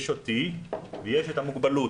יש אותי ויש את המוגבלות.